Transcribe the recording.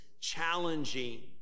challenging